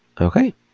Okay